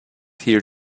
here